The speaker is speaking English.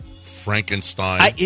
Frankenstein